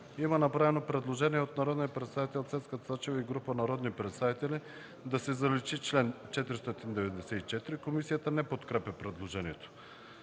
има направено предложение от народния представител Цецка Цачева и група народни представители – да се заличи чл. 494. Комисията не подкрепя предложението.